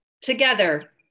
Together